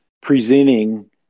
presenting